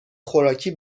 خوراکی